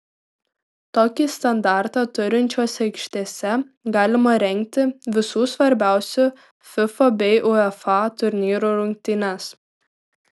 tokį standartą turinčiose aikštėse galima rengti visų svarbiausių fifa bei uefa turnyrų rungtynes